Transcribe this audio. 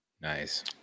Nice